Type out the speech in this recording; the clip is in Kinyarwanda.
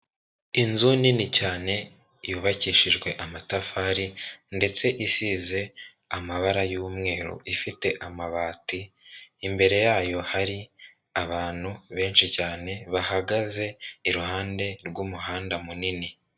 Inzu nini cyane yubakishijwe amatafari ndetse isize amabara y'umweru, ifite amabati, imbere yayo hari abantu benshi cyane, bahagaze iruhande rw'umuhanda munini.